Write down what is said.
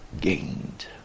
gained